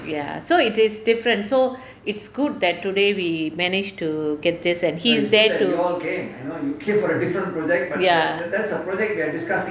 ya so it is different so it's good that today we managed to get this and he is there to ya